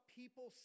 people